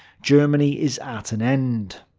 germany is at an end.